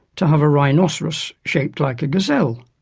to have a rhinocerus shaped like a gazelle.